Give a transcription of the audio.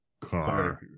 car